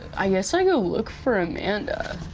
i guess i go look for amanda.